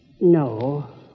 no